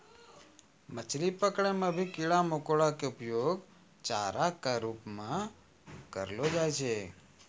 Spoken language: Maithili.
मछली पकड़ै मॅ भी कीड़ा मकोड़ा के उपयोग चारा के रूप म करलो जाय छै